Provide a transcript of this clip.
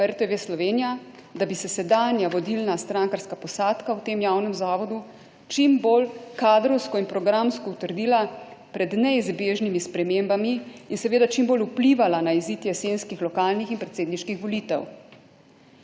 RTV Slovenija, da bi se sedanja vodilna strankarska posadka v tem javnem zavodu čim bolj kadrovsko in programsko utrdila pred neizbežnimi spremembami in seveda čim bolj vplivala na izid jesenskih lokalnih in predsedniških volitev.